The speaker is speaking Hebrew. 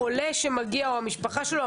אני לא נכנסת לבינתחומי או למכללה